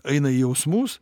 eina į jausmus